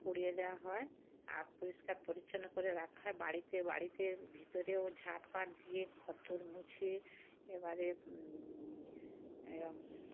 পুড়িয়ে দেওয়া হয় আর পরিষ্কার পরিচ্ছন্ন করে রাখা হয় বাড়িতে বাড়িতে ভিতরেও ঝাঁট পাট দিয়ে ঘরদোর মুছে এবারে এর